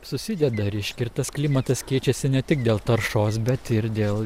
susideda reiškia ir tas klimatas keičiasi ne tik dėl taršos bet ir dėl